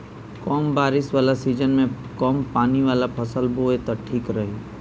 कम बारिश वाला सीजन में कम पानी वाला फसल बोए त ठीक रही